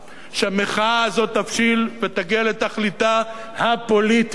שהמחאה הזאת תבשיל ותגיע לתכליתה הפוליטית,